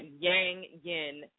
yang-yin